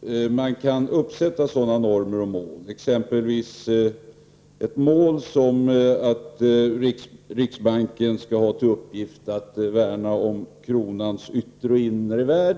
riksdagen kan sätta upp som ett sådant mål att riksbanken skall ha till uppgift att värna om kronans yttre och inre värde.